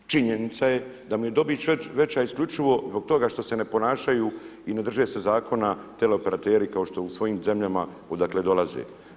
Činjenica je, da mu je dobit veća isključivo zbog toga što se ne ponašaju i ne drže se Zakona, teleoperateri, kao što u svojim zemljama, odakle dolaze.